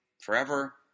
forever